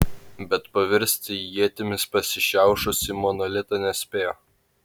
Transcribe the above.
bet pavirsti į ietimis pasišiaušusį monolitą nespėjo